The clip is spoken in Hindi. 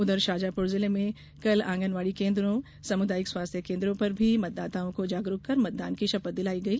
उधर शाजापुर जिले में कल आंगनबाड़ी केन्द्रों सामुदायिक स्वास्थ्य केन्द्रों पर भी मतदाताओं को जागरूक कर मतदान की शपथ दिलाई गई